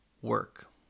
work